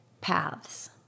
paths